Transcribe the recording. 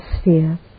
sphere